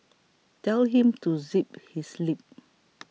tell him to zip his lip